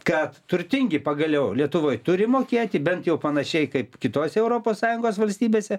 kad turtingi pagaliau lietuvoj turi mokėti bent jau panašiai kaip kitose europos sąjungos valstybėse